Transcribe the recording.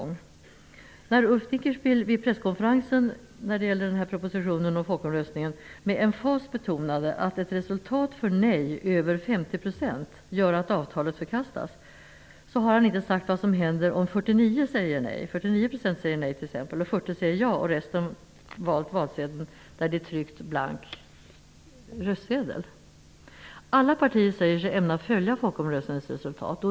När Ulf Dinkelspiel vid presskonferensen om denna proposition om folkomröstningen med emfas betonade att ett resultat för nej över 50 % gör att avtalet förkastas, så har han inte sagt vad som händer om t.ex. 49 % säger nej, 40 % säger ja och resten valt valsedlen där det är tryckt ''blank röstsedel''. Alla partier säger sig ämna följa folkomröstningens resultat.